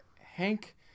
Hank